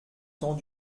temps